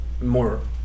More